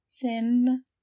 thin